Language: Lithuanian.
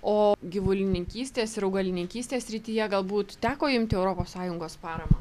o gyvulininkystės ir augalininkystės srityje galbūt teko imti europos sąjungos paramą